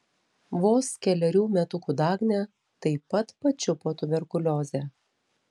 vos kelerių metukų dagnę taip pat pačiupo tuberkuliozė